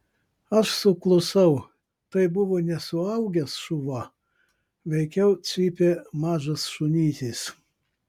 aš suklusau tai buvo ne suaugęs šuva veikiau cypė mažas šunytis